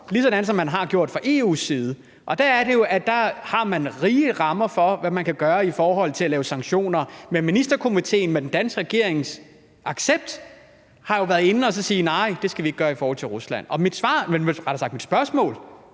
ligesom man har gjort det fra EU's side. Og der er det jo sådan, at man har vide rammer for, hvad man kan gøre i forhold til at lave sanktioner. Men Ministerkomiteen med den danske regerings accept har jo været ude at sige, at nej, det skal vi ikke gøre i forhold til Rusland. Og mit spørgsmål